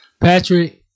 Patrick